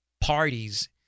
parties